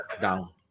down